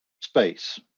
space